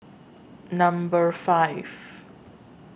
Number five